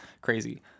crazy